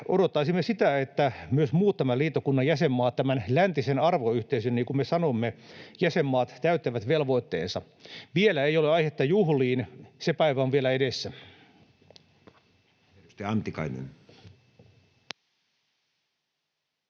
odottaisimme sitä, että myös muut tämän liittokunnan jäsenmaat — tämän läntisen arvoyhteisön, niin kuin me sanomme, jäsenmaat — täyttävät velvoitteensa. Vielä ei ole aihetta juhliin, se päivä on vielä edessä.